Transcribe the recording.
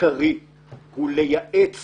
העיקרי הוא לייעץ